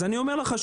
אז אני אומר לך,